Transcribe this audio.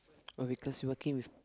oh because you working with